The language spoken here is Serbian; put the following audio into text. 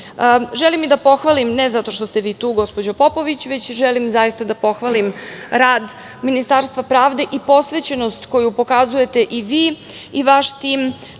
i da pohvalim, ne zato što ste vi tu, gospođo Popović, već želim zaista da pohvalim rad Ministarstva pravde i posvećenost koju pokazujete i vi i vaš tim